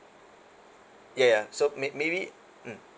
ya ya so maybe mm